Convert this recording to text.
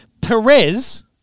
Perez